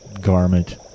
garment